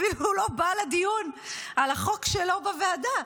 אפילו לא בא לדיון על החוק שלו בוועדה.